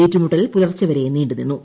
ഏറ്റുമുട്ടൽ പുലർച്ചെ വരെ നീണ്ടുനിന്നു